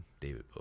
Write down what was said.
David